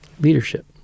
leadership